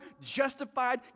justified